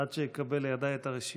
עד שאקבל לידי את הרשימה.